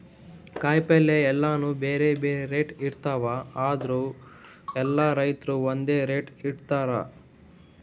ಕಾಯಿಪಲ್ಯ ಎಲ್ಲಾನೂ ಬ್ಯಾರೆ ಬ್ಯಾರೆ ರೇಟ್ ಇರ್ತವ್ ಆದ್ರ ಎಲ್ಲಾ ರೈತರ್ ಒಂದ್ ರೇಟ್ ಇಟ್ಟಿರತಾರ್